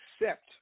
accept